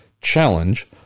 challenge